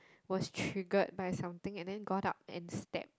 was triggered by something and then got up and stabbed